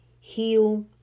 Heal